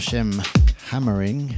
Hammering